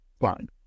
Fine